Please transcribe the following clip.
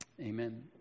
Amen